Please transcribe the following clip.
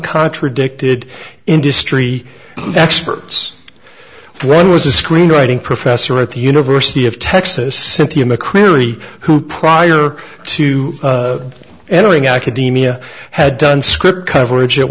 contradicted industry experts one was a screenwriting professor at the university of texas cynthia mccreary who prior to entering academia had done script coverage at